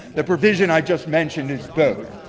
the provision i just mentioned is both.